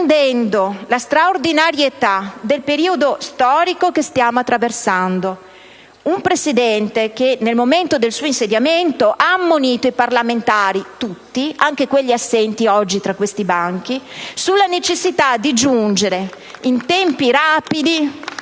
comprendendo la straordinarietà del periodo storico che stiamo attraversando. Un Presidente che, nel momento del suo insediamento, ha ammonito i parlamentari tutti - anche quelli assenti oggi tra questi banchi - sulla necessità di giungere in tempi rapidi